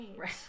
Right